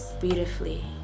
beautifully